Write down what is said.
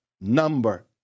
number